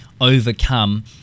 overcome